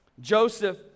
Joseph